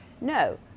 no